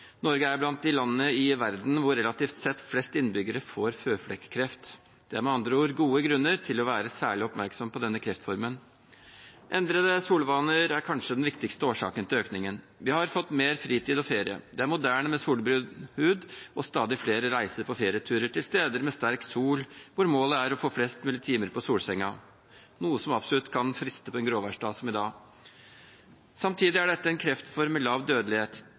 Norge er blant de landene i verden hvor – relativt sett – flest innbyggere får føflekkreft. Det er med andre ord gode grunner til å være særlig oppmerksom på denne kreftformen. Endrede solingsvaner er kanskje den viktigste årsaken til økningen. Vi har fått mer fritid og ferie. Det er moderne med solbrun hud. Stadig flere reiser på ferieturer til steder med sterk sol, hvor målet er å få flest mulig timer på solsengen, noe som absolutt kan friste på en gråværsdag som i dag. Samtidig er dette en kreftform med lav dødelighet